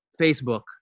Facebook